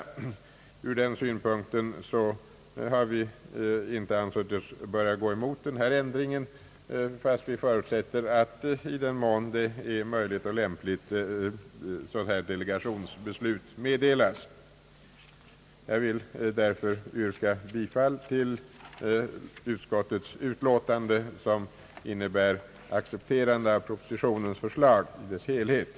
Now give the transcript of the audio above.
Ur denna synpunkt har vi ansett oss inte böra gå emot den nu föreslagna ändringen. Vi förutsätter dock att delegationsbeslut meddelas i den mån det är möjligt och lämpligt. Jag vill därför yrka bifall till utskottets utlåtande, som innebär accepterande av propositionen i dess helhet.